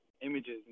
images